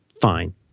Fine